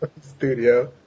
Studio